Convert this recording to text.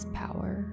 power